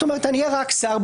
אני אהיה רק שר,